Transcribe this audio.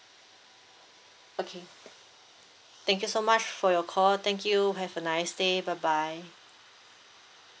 okay thank you so much for your call thank you have a nice day bye bye